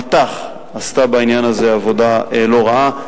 מט"ח עשתה בעניין הזה עבודה לא רעה.